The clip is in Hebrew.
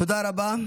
תודה רבה.